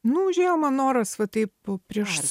nu užėjo man noras va taip prieš